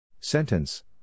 Sentence